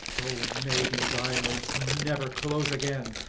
o, may these eyelids never close again,